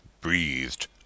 Breathed